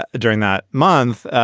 ah during that month,